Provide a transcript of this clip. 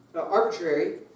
Arbitrary